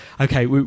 Okay